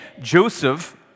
Joseph